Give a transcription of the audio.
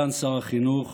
החינוך,